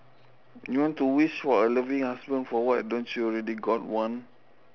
you want to wish for a loving husband for what don't you already got one